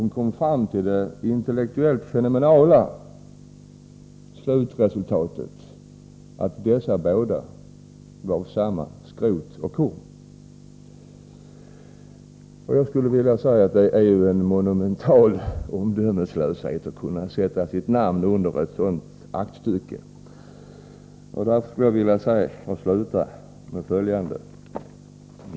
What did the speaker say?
Hon kom fram till det intellektuellt fenomenala slutresultatet att dessa båda var av samma skrot och korn. Jag skulle vilja säga att det är en monumental omdömeslöshet att kunna sätta sitt namn under ett sådant aktstycke. Jag vill sluta med följande.